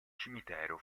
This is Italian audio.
cimitero